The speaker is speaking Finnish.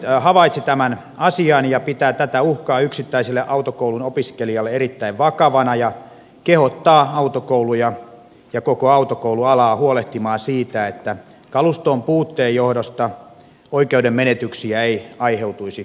valiokunta havaitsi tämän asian ja pitää tätä uhkaa yksittäiselle autokoulun opiskelijalle erittäin vakavana ja kehottaa autokouluja ja koko autokoulualaa huolehtimaan siitä että kaluston puutteen johdosta oikeuden menetyksiä ei aiheutuisi opiskelijoille